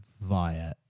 via